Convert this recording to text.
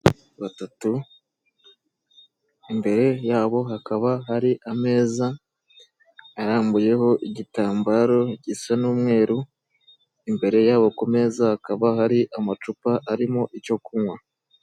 Abantu batatu imbere yabo hakaba hari ameza arambuyeho igitambaro gisa n'umweru; imbere yabo ku meza hakaba hari amacupa arimo icyo kunywa.